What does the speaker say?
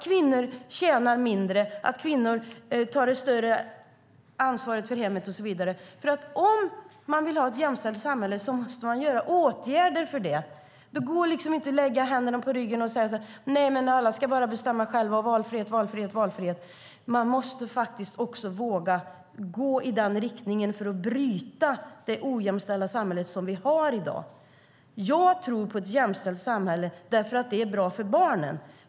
Kvinnor tjänar mindre, kvinnor tar ett större ansvar i hemmet och så vidare. Om man vill ha ett jämställt samhälle måste man vidta åtgärder för det. Det går inte att lägga händerna på ryggen och säga: Alla ska bestämma själva - valfrihet, valfrihet, valfrihet. Man måste våga bryta det ojämställda samhälle vi har i dag. Jag tror på ett jämställt samhälle därför att det är bra för barnen.